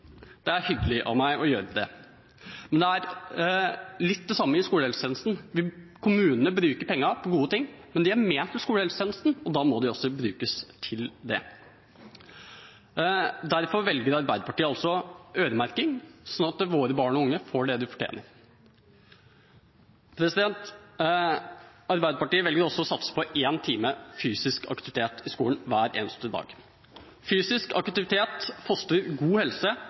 det er hyggelig av meg å gjøre det. Det er litt det samme i skolehelsetjenesten. Kommunene bruker pengene på gode ting, men de er ment til skolehelsetjenesten, og da må de også brukes til det. Derfor velger Arbeiderpartiet altså øremerking, sånn at våre barn og unge får det de fortjener. Arbeiderpartiet velger også å satse på en time fysisk aktivitet i skolen hver eneste dag. Fysisk aktivitet fostrer god helse